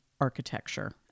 Architecture